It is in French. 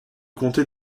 comté